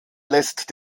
lässt